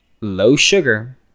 low-sugar